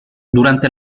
durante